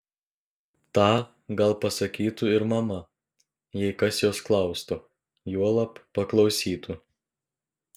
tą gal pasakytų ir mama jei kas jos klaustų juolab paklausytų